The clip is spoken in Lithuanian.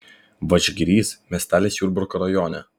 vadžgirys miestelis jurbarko rajone